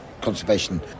conservation